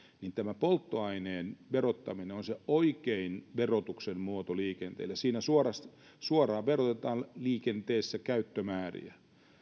niin tämä polttoaineen verottaminen on se oikein verotuksen muoto liikenteelle siinä suoraan verotetaan liikenteessä käyttömääriä